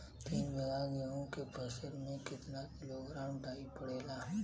तीन बिघा गेहूँ के फसल मे कितना किलोग्राम डाई पड़ेला?